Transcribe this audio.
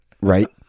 right